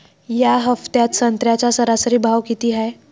या हफ्त्यात संत्र्याचा सरासरी भाव किती हाये?